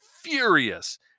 furious